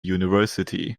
university